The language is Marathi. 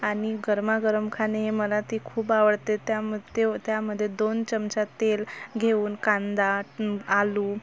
आणि गरमागरम खाणे मला ती खूप आवडते त्यामध्ये व त्यामध्ये दोन चमचा तेल घेऊन कांदा आलू